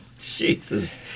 Jesus